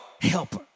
helper